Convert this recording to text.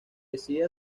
decide